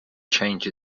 change